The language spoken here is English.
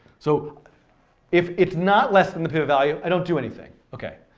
so if it's not less than the pivot value, i don't do anything. okay,